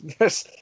yes